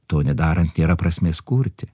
to nedarant nėra prasmės kurti